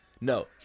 No